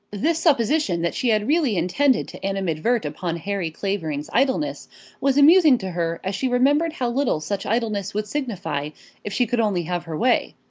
this supposition that she had really intended to animadvert upon harry clavering's idleness was amusing to her as she remembered how little such idleness would signify if she could only have her way.